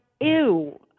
ew